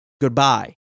goodbye